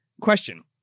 question